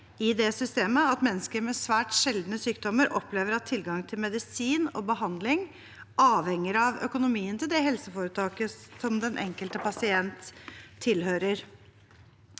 i det systemet at mennesker med svært sjeldne sykdommer opplever at tilgangen til medisin og behandling avhenger av økonomien til det helseforetaket den enkelte pasient tilhører.